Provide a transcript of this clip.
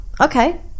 okay